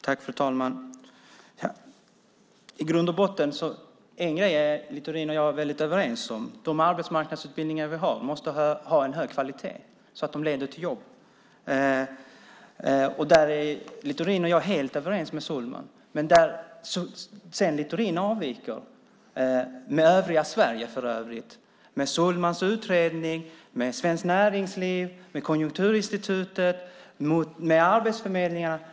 Fru talman! I grund och botten är Littorin och jag väldigt överens om en grej: De arbetsmarknadsutbildningar vi har måste ha en hög kvalitet så att de leder till jobb. Där är Littorin och jag helt överens med Sohlman. Men sedan avviker Littorin, från övriga Sverige för övrigt, från Sohlmans utredning, från Svenskt Näringsliv, från Konjunkturinstitutet och från arbetsförmedlingarna.